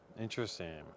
Interesting